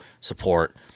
support